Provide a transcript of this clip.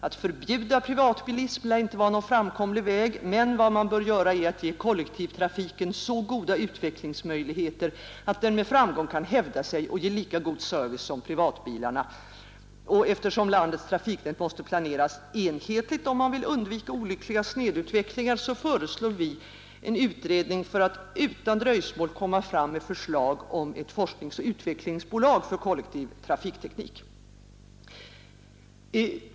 Att förbjuda privatbilism lär inte vara en framkomlig väg, men däremot bör man ge kollektivtrafiken så goda utvecklingsmöjligheter att den med framgång kan hävda sig och ge lika god service som privatbilarna. Eftersom ett lands trafiknät måste planeras enhetligt om man vill undvika olyckliga snedutvecklingar föreslår vi en utredning för att utan dröjsmål komma fram med förslag om ett forskningsoch utvecklingsbolag för kollektivtrafikteknik.